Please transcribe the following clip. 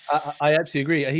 i actually agree. yeah he,